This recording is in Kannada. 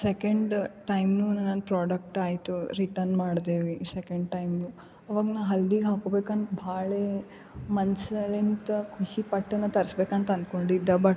ಸೆಕೆಂಡ್ ಟೈಮುನು ನನ್ನ ಪ್ರಾಡಕ್ಟ್ ಆಯಿತು ರಿಟರ್ನ್ ಮಾಡಿದೆ ಸೆಕೆಂಡ್ ಟೈಮುನು ಅವಾಗ ನಾ ಹಲ್ದಿಗೆ ಹಾಕೋಬೇಕಂತ ಭಾಳ ಮನಸಲ್ಲೆ ಎಂತ ಖುಷಿ ಪಟ್ಟೆನಂತ ತರಿಸ್ಬೇಕು ಅಂತ ಅನ್ಕೊಂಡಿದ್ದೆ ಬಟ್